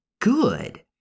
good